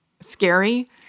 scary